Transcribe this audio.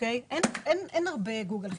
אין הרבה גוגל חיפוש.